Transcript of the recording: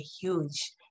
huge